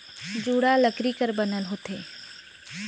जुड़ा लकरी कर बनल होथे